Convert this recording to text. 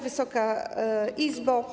Wysoka Izbo!